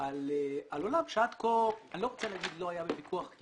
על עולם שעד כה אני לא רוצה לומר לא היה בוויכוח כי